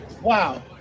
Wow